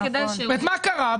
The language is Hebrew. מה קרה?